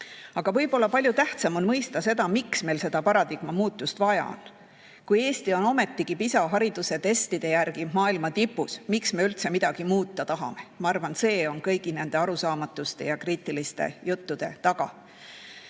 võib-olla palju tähtsam on mõista seda, miks meil seda paradigma muutust vaja on. Kui Eesti on ometigi PISA haridustestide järgi maailma tipus, miks me üldse midagi muuta tahame? Ma arvan, see on kõigi nende arusaamatuste ja kriitiliste juttude taga.